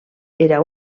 era